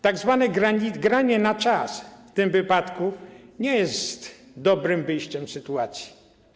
Tak zwane granie na czas w tym wypadku nie jest dobrym wyjściem z sytuacji.